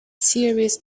serious